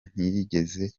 ntiyigeze